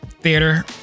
theater